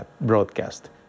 broadcast